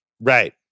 Right